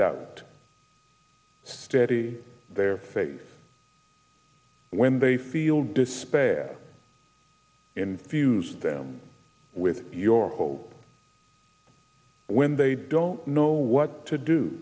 doubt steady their faith when they feel despair and fuse them with your hope when they don't know what to do